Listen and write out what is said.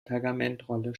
pergamentrolle